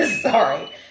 Sorry